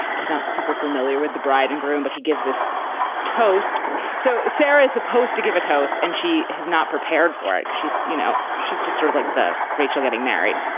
he's not super familiar with the bride and groom, but he gives this toast so sarah is supposed to give a toast and she has not prepared for it. she's you know, she's just sort of like the rachel getting married,